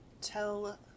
tell